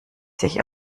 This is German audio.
sich